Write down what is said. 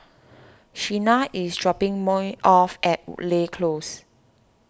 Sheena is dropping me off at Woodleigh Close